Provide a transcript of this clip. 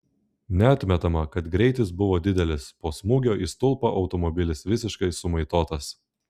neatmetama kad greitis buvo didelis po smūgio į stulpą automobilis visiškai sumaitotas